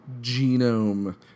genome